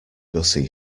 gussie